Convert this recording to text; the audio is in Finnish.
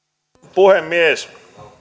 puhemies